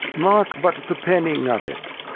mark but the penning of it.